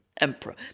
emperor